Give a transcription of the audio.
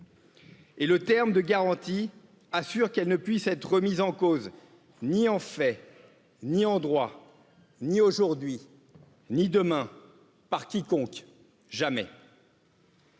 Et le terme de garantie assure qu'elle ne puisse être remise en cause, ni en fait, ni en droit, ni aujourd'hui ni demain, par quiconque jamais.